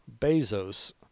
Bezos